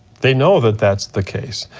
they know that that's the case,